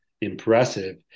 impressive